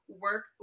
work